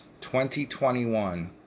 2021